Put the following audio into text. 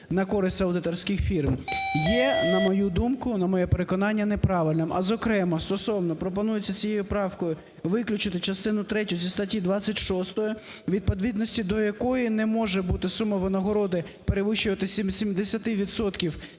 на користь аудиторських фірм, є, на мою думку, на моє переконання, неправильним. А зокрема стосовно пропонується цією правкою виключити частину третю зі статті 26, у відповідності до якої не може бути сума винагороди перевищувати 70